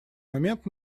момент